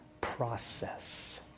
process